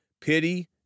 pity